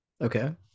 okay